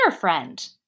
friend